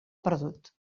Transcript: perdut